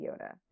Yoda